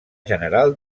general